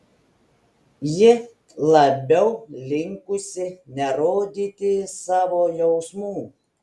ji labiau linkusi nerodyti savo jausmų